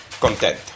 content